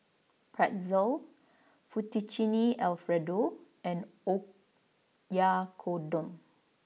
Pretzel Fettuccine Alfredo and Oyakodon